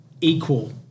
equal